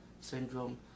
Syndrome